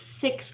six